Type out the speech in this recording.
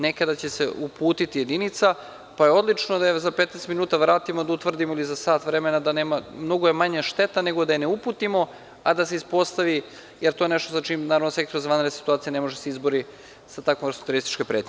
Nekada će se uputiti jedinica, pa je odlično da za 15 minuta pa da je vratimo da utvrdimo, ili za sat vremena, mnogo je manja šteta nego da je ne uputimo, a da se ispostavi, jel to je nešto za čim naravno, Sektor za vanredne situacije ne može da se izbori sa takvom vrstom terorističke pretnje.